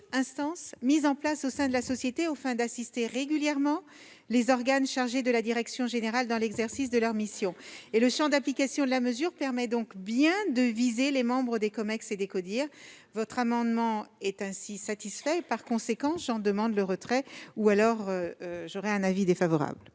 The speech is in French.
instance mise en place au sein de la société [...] aux fins d'assister régulièrement les organes chargés de la direction générale dans l'exercice de leurs missions ». Le champ d'application de la mesure permet donc bien de viser les membres des comex et des codir. Votre amendement étant satisfait, j'en demande le retrait ; à défaut, l'avis sera défavorable.